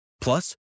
plus